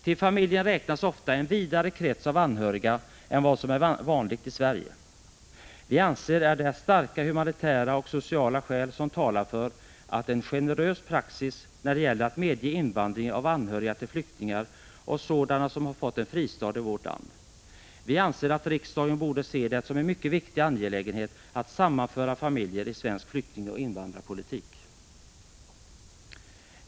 Till familjen räknas ofta en vidare krets av anhöriga än vad som är vanligt i Sverige. Vi anser att starka humanitära och sociala skäl talar för en generös praxis när det gäller att medge invandring av anhöriga till flyktingar och sådana som har fått en fristad i vårt land. Vi anser att riksdagen borde se det som en mycket viktig angelägenhet i svensk flyktingoch invandrarpolitik att sammanföra familjer.